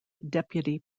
deputy